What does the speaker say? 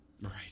right